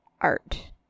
art